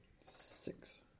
Six